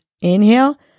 inhale